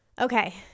Okay